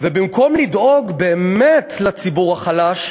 ובמקום לדאוג באמת לציבור החלש,